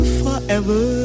forever